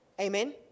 Amen